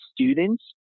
students